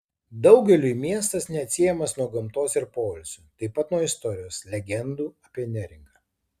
daugeliui miestas neatsiejamas nuo gamtos ir poilsio taip pat nuo istorijos legendų apie neringą